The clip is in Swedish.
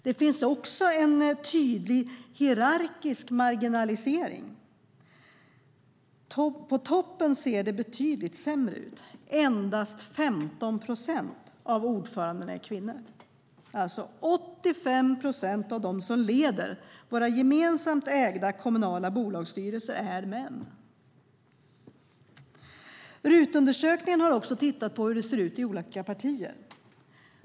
Det finns också en tydlig hierarkisk marginalisering. På toppen ser det betydligt sämre ut. Endast 15 procent av ordförandena är kvinnor. 85 procent av dem som leder våra gemensamt ägda kommunala bolags styrelser är alltså män. I RUT-undersökningen har man också tittat på hur det ser ut i olika partier.